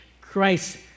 Christ